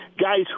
guys